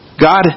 God